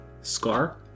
Scar